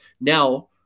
Now